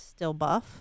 stillbuff